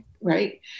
right